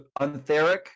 Untheric